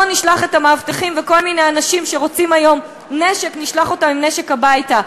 לא נשלח את המאבטחים וכל מיני אנשים שרוצים היום נשק עם נשק הביתה.